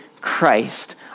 Christ